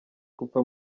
gupfa